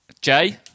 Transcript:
Jay